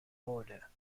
order